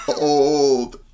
Old